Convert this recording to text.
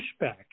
pushback